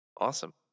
Awesome